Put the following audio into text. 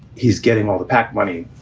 he's getting all the pac money.